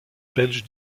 belge